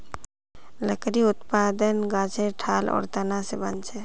लकड़ी उत्पादन गाछेर ठाल आर तना स बनछेक